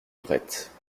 prête